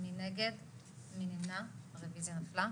הרוויזיה נפלה.